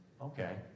okay